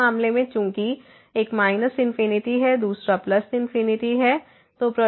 तो इस मामले में चूंकि एक माइनस इनफिनिटी है दूसरा प्लस इनफिनिटी है